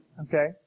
Okay